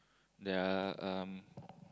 there are um